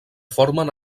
formen